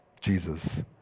Jesus